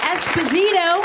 Esposito